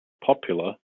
popular